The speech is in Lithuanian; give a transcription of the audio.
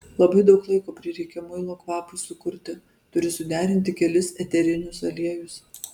labai daug laiko prireikia muilo kvapui sukurti turi suderinti kelis eterinius aliejus